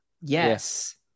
yes